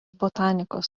botanikos